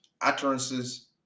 utterances